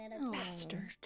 bastard